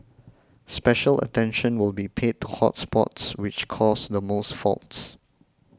special attention will be paid to hot spots which cause the most faults